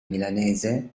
milanese